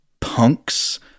punks